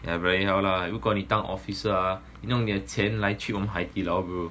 !aiya! anyhow lah 如果你当 officer ah 用你的钱来去我们海底捞 bro